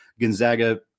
Gonzaga